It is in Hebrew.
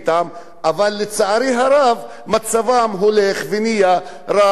אבל לצערי הרב מצבם הולך ונהיה רע עוד יותר.